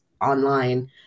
online